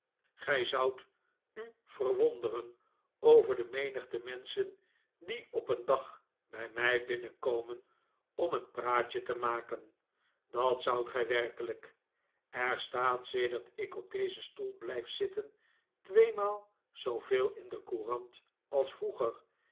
gij zoudt u verwonderen over de menigte menschen die op een dag bij mij binnenkomen om een praatje te maken dat zoudt gij werkelijk er staat sedert ik op dezen stoel blijf zitten tweemaal zooveel in de courant als vroeger